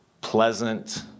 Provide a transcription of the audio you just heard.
pleasant